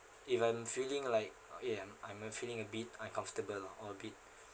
if I'm feeling like okay I'm I'm might feeling a bit uncomfortable lah or a bit